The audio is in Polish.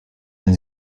tym